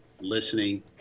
listening